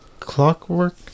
Clockwork